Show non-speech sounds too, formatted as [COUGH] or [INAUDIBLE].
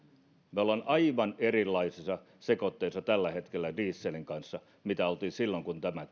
olemme aivan erilaisissa sekoitteissa tällä hetkellä dieselin kanssa mitä oltiin silloin kun tämä [UNINTELLIGIBLE]